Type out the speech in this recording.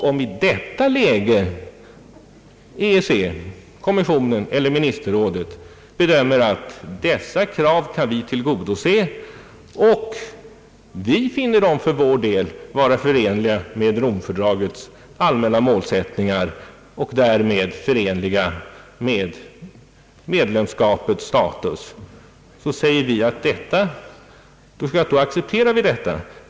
Om i detta läge EEC — kommissionen eller ministerrådet — bedömer att dessa krav kan tillgodoses och finner dem vara förenliga med Rom-fördragets allmänna målsättningar och därmed förenliga med medlemskapets status, så säger vi, att då accepterar vi detta.